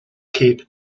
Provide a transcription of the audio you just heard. cape